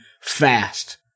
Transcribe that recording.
fast